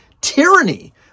tyranny